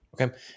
Okay